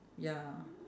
ya